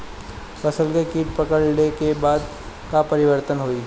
फसल में कीट पकड़ ले के बाद का परिवर्तन होई?